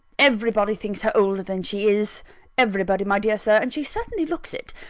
everybody thinks her older than she is everybody, my dear sir and she certainly looks it.